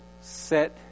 set